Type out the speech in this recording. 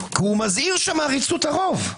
כי הוא מזהיר שם מעריצות הרוב.